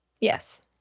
yes